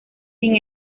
sin